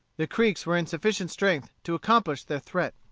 the creeks were in sufficient strength to accomplish their threat.